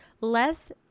less